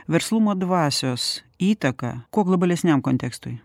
verslumo dvasios įtaką kuo globalesniam kontekstui